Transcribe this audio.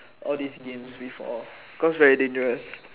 all these games before cause very dangerous